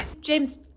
James